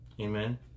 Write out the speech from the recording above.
Amen